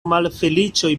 malfeliĉoj